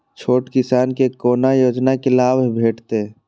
छोट किसान के कोना योजना के लाभ भेटते?